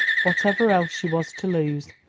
whatever else she was to lose,